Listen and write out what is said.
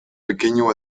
pequeño